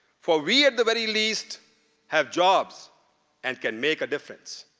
for we at the very least have jobs and can make a difference.